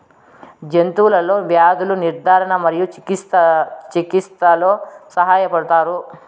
జంతువులలో వ్యాధుల నిర్ధారణ మరియు చికిత్చలో సహాయపడుతారు